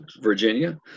Virginia